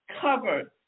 covered